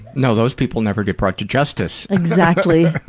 no, those people never get brought to justice. exactly.